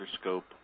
scope